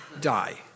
Die